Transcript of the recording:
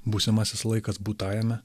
būsimasis laikas būtajame